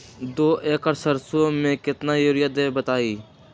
दो एकड़ सरसो म केतना यूरिया देब बताई?